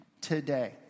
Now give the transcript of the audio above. today